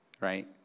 right